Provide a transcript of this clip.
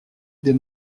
des